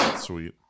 Sweet